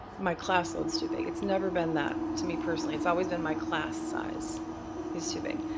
my class loads too big, it's never been that, to me personally. it's always been my class size is too big.